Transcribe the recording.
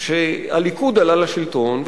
כשהליכוד עלה לשלטון,